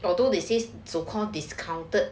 although they say so call discounted